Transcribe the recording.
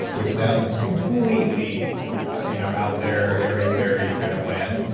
which sounds completely you know out there airy-fairy kind of land,